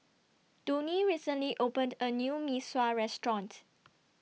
Donie recently opened A New Mee Sua Restaurant